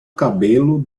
cabelo